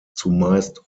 zumeist